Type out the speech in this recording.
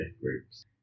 groups